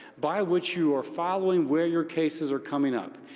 by which you are following where your cases are coming up,